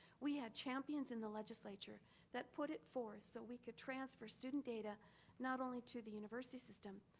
we had champions in the legislature that put it forth so we could transfer student data not only to the university system,